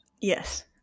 yes